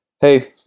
Hey